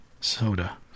soda